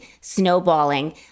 snowballing